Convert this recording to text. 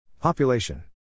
Population